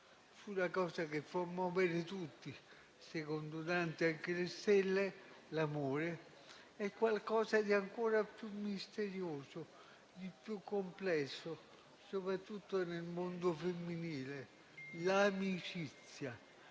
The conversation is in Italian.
la cosa che fa muovere tutti, secondo Dante anche le stelle, e su qualcosa di ancora più misterioso e complesso soprattutto nel mondo femminile, l'amicizia,